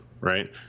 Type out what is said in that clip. right